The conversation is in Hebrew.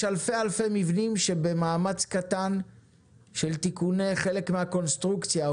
יש אלפי-אלפי מבנים שבמאמץ קטן של תיקוני חלק מהקונסטרוקציה,